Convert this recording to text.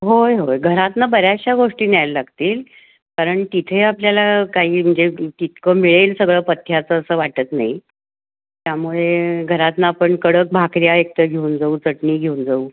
होय होय घरातून बऱ्याचशा गोष्टी न्यायला लागतील कारण तिथे आपल्याला काही म्हणजे तितकं मिळेल सगळं पथ्याचं असं वाटत नाही त्यामुळे घरातून आपण कडक भाकऱ्या एकतर घेऊन जाऊ चटणी घेऊन जाऊ